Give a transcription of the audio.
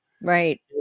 Right